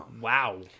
Wow